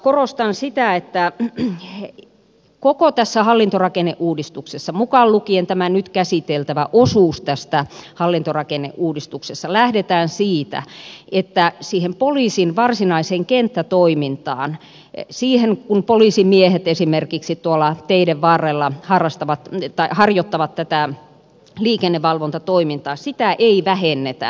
korostan sitä että koko tässä hallintorakenneuudistuksessa mukaan lukien tämä nyt käsiteltävä osuus hallintorakenneuudistuksesta lähdetään siitä että poliisin varsinaista kenttätoimintaa sitä kun poliisimiehet esimerkiksi tuolla teiden varrella harjoittavat liikennevalvontatoimintaa ei vähennetä